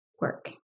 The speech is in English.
work